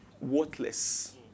worthless